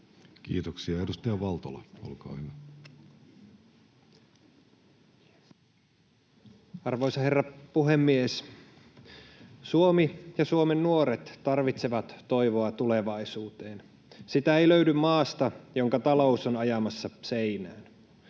Kiitoksia. — Edustaja Valtola, olkaa hyvä. Arvoisa herra puhemies! Suomi ja Suomen nuoret tarvitsevat toivoa tulevaisuuteen. Sitä ei löydy maasta, jonka talous on ajamassa seinään.